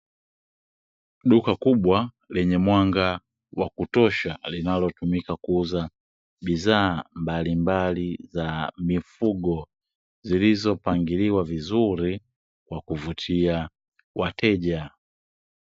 Duka kubwa lenye mwanga wa kutosha linalotumika kuuza bidhaa mbalimbali za mifugo, zilizopangiliwa vizuri kwa kuvutia wateja.